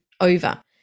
over